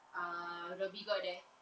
ah dhoby ghaut there